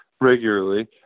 regularly